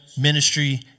Ministry